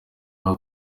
aho